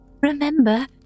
Remember